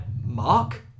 Mark